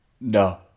No